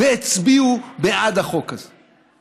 והצביעו בעד החוק הזה.